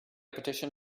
petition